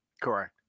Correct